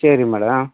சரி மேடம்